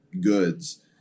goods